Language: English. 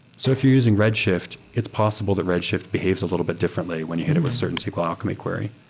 so if you're using redshift, it's possible that redshift behaves a little bit differently when you hit it with certain sql ah commit query.